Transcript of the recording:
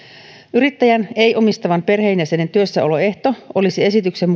yrittäjän ei omistavan perheenjäsenen työssäoloehto olisi esityksen